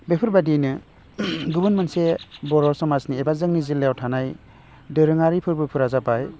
बेफोरबादियैनो गुबुन मोनसे बर' समाजनि एबा जोंनि जिल्लायाव थानाय दोरोङारि फोरबोफोरा जाबाय